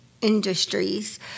industries